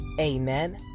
amen